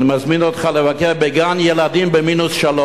אני מזמין אותך לבקר בגן-ילדים במינוס 3,